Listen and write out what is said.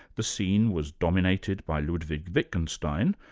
the scene was dominated by ludwig wittgenstein,